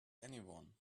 anyone